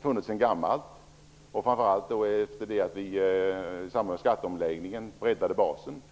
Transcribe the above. funnits sedan gammalt, framför allt efter det att vi i samband med skatteomläggningen breddade basen.